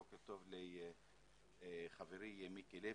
ובוקר טוב לחברי מיקי לוי,